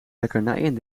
lekkernijen